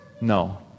No